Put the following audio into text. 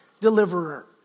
deliverer